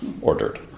ordered